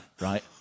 right